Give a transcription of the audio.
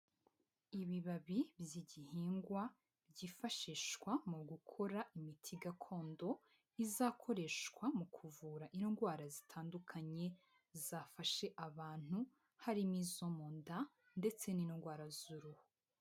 Ibibabi by'igihingwa byifashishwa mu gukora imiti gakondo izakoreshwa mu kuvura indwara zitandukanye zafashe abantu harimo izo mu nda ndetse n'indwara z'uruhu.